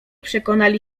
przekonali